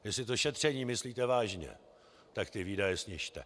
Jestli to šetření myslíte vážně, tak ty výdaje snižte.